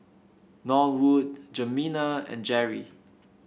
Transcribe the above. Norwood Jimena and Jerri